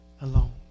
Alone